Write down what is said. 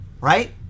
right